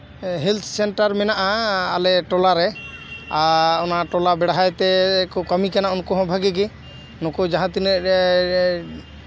health centre ᱢᱮᱱᱟᱜᱼᱟ ᱟᱞᱮ ᱴᱚᱞᱟᱨᱮ ᱟᱨ ᱚᱱᱟ ᱴᱚᱞᱟ ᱵᱮᱲᱦᱟᱭ ᱛᱮᱠᱚ ᱠᱟᱹᱢᱤ ᱠᱟᱱᱟ ᱩᱱᱠᱩ ᱦᱚᱸ ᱵᱷᱟᱹᱜᱤ ᱜᱮ ᱱᱩᱠᱩ ᱡᱟᱦᱟᱸ ᱛᱤᱱᱟᱹᱜ